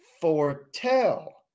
foretell